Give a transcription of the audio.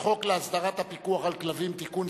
חוק להסדרת הפיקוח על כלבים (תיקון,